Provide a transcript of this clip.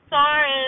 Sorry